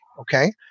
okay